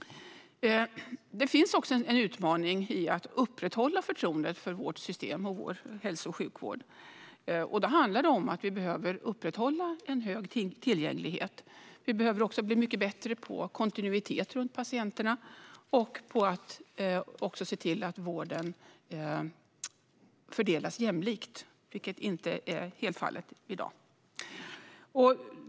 Det finns också en utmaning i att upprätthålla förtroendet för vårt system och vår hälso och sjukvård. Det handlar om att man behöver upprätthålla en hög tillgänglighet. Man behöver också bli mycket bättre på kontinuitet kring patienterna och på att se till att vården fördelas jämlikt, vilket inte är fallet i dag.